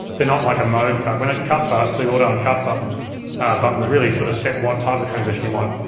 they're not like a mode cut. when it's cut-bus the auto and cut buttons buttons really sort of set what type of transition you want,